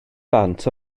bant